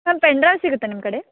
ma'am pen drive ಸಿಗುತ್ತಾ ನಿಮ್ಮ ಕಡೆ